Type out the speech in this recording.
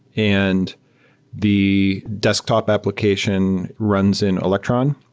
and the desktop application runs in electron.